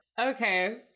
Okay